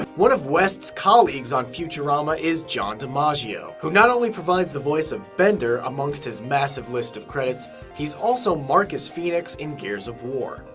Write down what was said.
one of west's colleagues on futurama is john dimaggio, who not only provides the voice of bender amongst his massive list of credits, he's also marcus fenix in gears of war.